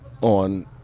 on